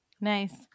Nice